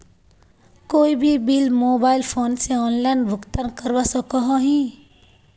कोई भी bill mobile phone से ऑनलाइन भुगतान करवा सकोहो ही?